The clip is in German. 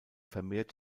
vermehrt